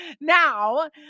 Now